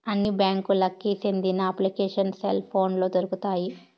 అన్ని బ్యాంకులకి సెందిన అప్లికేషన్లు సెల్ పోనులో దొరుకుతాయి